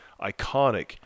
iconic